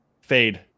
Fade